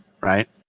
right